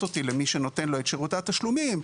אותי למי שנותן לו את שירותי התשלומים,